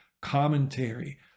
commentary